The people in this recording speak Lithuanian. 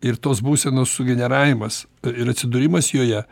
ir tos būsenos sugeneravimas ir atsidūrimas joje